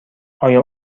آیا